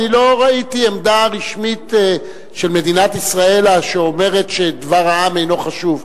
אני לא ראיתי עמדה רשמית של מדינת ישראל שאומרת שדבר העם אינו חשוב.